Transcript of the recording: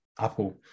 Apple